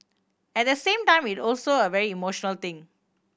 at the same time it also a very emotional thing